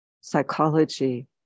Psychology